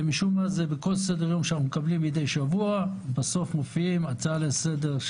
משום מה בכל סדר יום שאנחנו מקבלים מדי שבוע בסוף מופיעים הצעה לסדר,